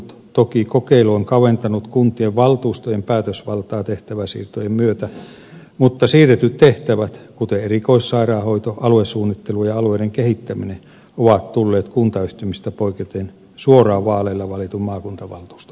toki kokeilu on kaventanut kuntien valtuustojen päätösvaltaa tehtäväsiirtojen myötä mutta siirretyt tehtävät kuten erikoissairaanhoito aluesuunnittelu ja alueiden kehittäminen ovat tulleet kuntayhtymistä poiketen suoraan vaaleilla valitun maakuntavaltuuston alaisuuteen